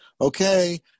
okay